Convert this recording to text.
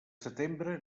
setembre